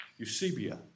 Eusebia